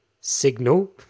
signal